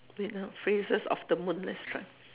wait ah phrases of the moon let's try